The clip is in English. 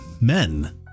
men